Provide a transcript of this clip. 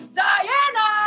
diana